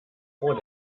vor